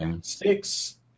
Six